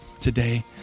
today